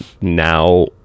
now